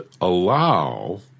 allow